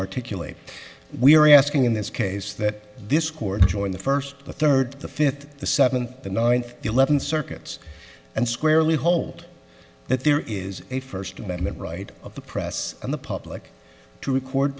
articulate we are asking in this case that this court join the first the third the fifth the seventh the ninth eleventh circuits and squarely hold that there is a first amendment right of the press and the public to record